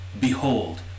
behold